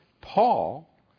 Paul